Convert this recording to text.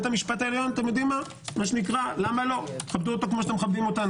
בית המשפט העליון תכבדו אותו כפי שאתם מכבדים אותנו.